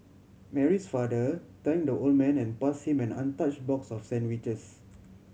Mary's father thank the old man and pass him an untouch box of sandwiches